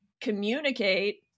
communicate